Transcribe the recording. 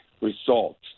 results